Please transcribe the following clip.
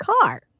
car